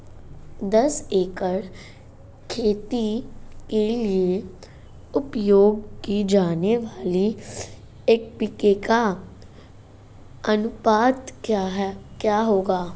दस एकड़ खेती के लिए उपयोग की जाने वाली एन.पी.के का अनुपात क्या होगा?